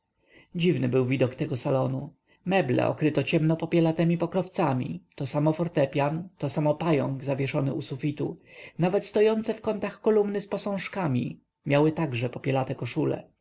dziwny był widok tego salonu meble okryte ciemno-popielatemi pokrowcami tosamo fortepian tosamo pająk zawieszony u sufitu nawet stojące w kątach kolumny z posążkami miały także popielate koszule